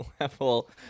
level